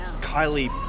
Kylie